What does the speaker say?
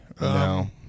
no